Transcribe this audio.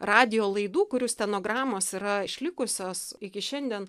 radijo laidų kurių stenogramos yra išlikusios iki šiandien